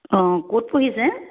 অঁ ক'ত পঢ়িছে